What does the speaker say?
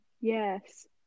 yes